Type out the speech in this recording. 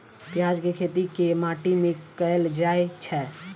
प्याज केँ खेती केँ माटि मे कैल जाएँ छैय?